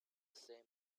same